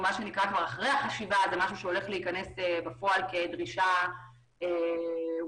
זה משהו שהולך להיכנס בפועל כדרישה ואנחנו